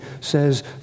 says